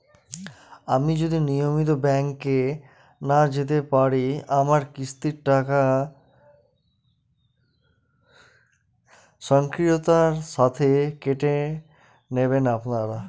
আমি যদি নিয়মিত ব্যংকে না যেতে পারি আমার কিস্তির টাকা স্বকীয়তার সাথে কেটে নেবেন আপনারা?